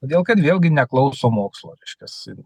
todėl kad vėlgi neklauso mokslo reiškiasi